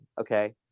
okay